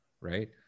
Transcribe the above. right